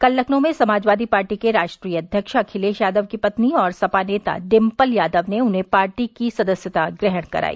कल लखनऊ में समाजवादी पार्टी के राष्ट्रीय अध्यक्ष अखिलेश यादव की पत्नी और सपा नेता डिम्पल यादव ने उन्हें पार्टी की सदस्यता ग्रहण कराई